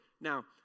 Now